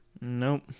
Nope